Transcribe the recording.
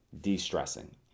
de-stressing